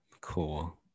Cool